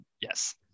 Yes